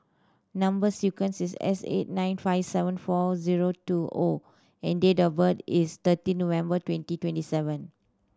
number sequence is S eight nine five seven four zero two O and date of birth is thirty November twenty twenty seven